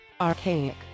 archaic